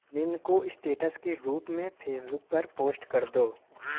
निम्न को स्टेटस के रूप में फेसबुक पर पोश्ट कर दो